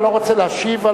אתה לא רוצה להשיב?